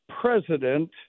president